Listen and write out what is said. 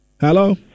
hello